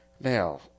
Now